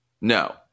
No